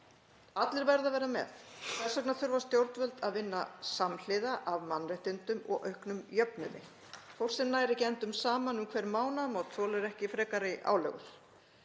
Allir verða að vera með. Þess vegna þurfa stjórnvöld að vinna samhliða að mannréttindum og auknum jöfnuði. Fólk sem nær ekki endum saman um hver mánaðamót þolir ekki frekari álögur.